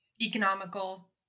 economical